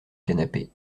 canapé